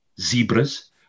zebras